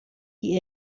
die